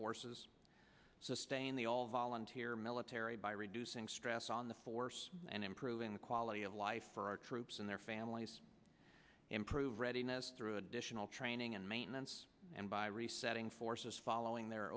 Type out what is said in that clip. forces and sustain the all volunteer military by reducing stress on the force and improving the quality of life for our troops and their families improve readiness through additional training and maintenance and by resetting forces following their